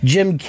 Jim